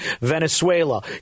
Venezuela